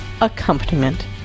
accompaniment